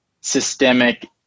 systemic